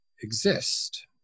exist